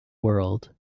world